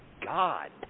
God